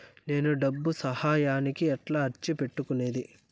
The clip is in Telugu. నేను డబ్బు సహాయానికి ఎట్లా అర్జీ పెట్టుకునేది?